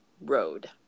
road